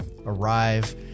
arrive